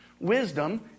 Wisdom